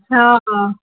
हा हा